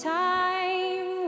time